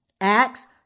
Acts